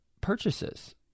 purchases